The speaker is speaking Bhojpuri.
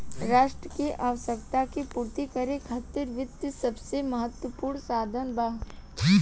राष्ट्र के आवश्यकता के पूर्ति करे खातिर वित्त सबसे महत्वपूर्ण साधन बा